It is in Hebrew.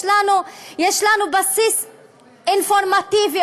יש לנו בסיס אינפורמטיבי,